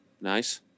Nice